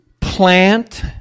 plant